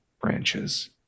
branches